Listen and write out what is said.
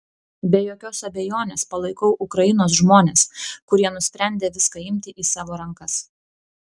be jokios abejonės palaikau ukrainos žmones kurie nusprendė viską imti į savo rankas